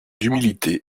d’humilité